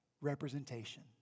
representation